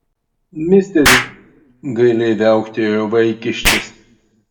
misteri gailiai viauktelėjo vaikiščias